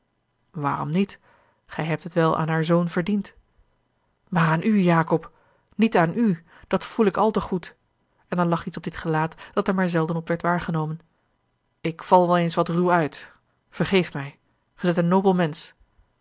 waarom niet gij hebt het wel aan haar zoon verdiend maar aan u jacob niet aan u dat voel ik al te goed en er lag iets op dit gelaat dat er maar zelden op werd waargenomen ik val wel eens wat ruw uit vergeef mij gij zijt een nobel mensch